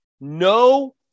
no